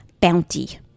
bounty